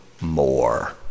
more